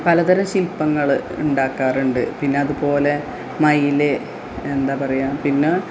പലതരം ശിൽപ്പങ്ങൾ ഉണ്ടാക്കാറുണ്ട് പിന്നതുപോലെ മയിൽ എന്താ പറയുക പിന്നെ